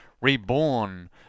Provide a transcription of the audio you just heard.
reborn